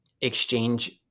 exchange